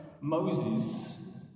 Moses